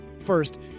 First